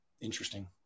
Interesting